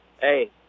hey